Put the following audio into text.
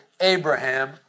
Abraham